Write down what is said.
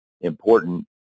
important